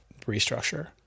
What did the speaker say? restructure